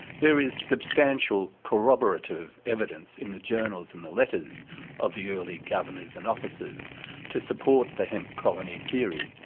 there is substantial corroborative evidence in the journals and the letters of the early governors and officers to support the hemp colony theory